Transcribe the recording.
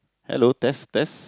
hello test test